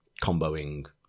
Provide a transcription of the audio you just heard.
comboing